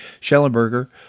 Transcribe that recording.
Schellenberger